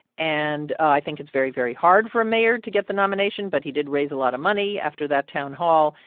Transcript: and i think it's very, very hard for a mayor to get the nomination, but he did raise a lot of money after that town hall.